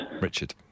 Richard